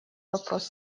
вопрос